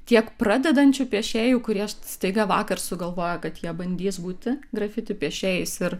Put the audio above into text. tiek pradedančių piešėjų kurie staiga vakar sugalvojo kad jie bandys būti grafiti piešėjais ir